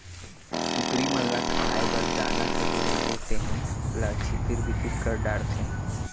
कुकरी मन ल खाए बर दाना देहे रइबे तेहू ल छितिर बितिर कर डारथें